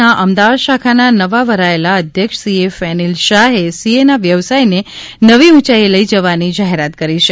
ના અમદાવાદ શાખાના નવા વરાયેલા અધ્યક્ષ સીએ ફેનિલ શાહે સીએના વ્યવસાયને નવી ઉંચાઇએ લઇ જવાની જાહેરાત કરી છે